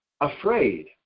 afraid